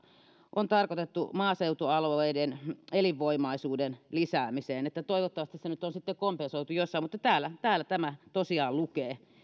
on tarkoitettu maaseutualueiden elinvoimaisuuden lisäämiseen toivottavasti se nyt on sitten kompensoitu jossain mutta täällä täällä tämä tosiaan lukee